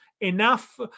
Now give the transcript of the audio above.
enough